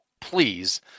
please